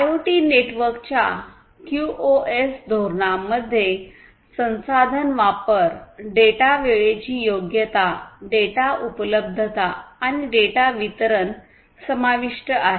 IoT नेटवर्कच्या QoS धोरणांमध्ये संसाधन वापर डेटा वेळेची योग्यता डेटा उपलब्धता आणि डेटा वितरण समाविष्ट आहे